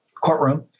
courtroom